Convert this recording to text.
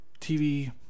TV